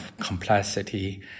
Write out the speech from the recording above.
complexity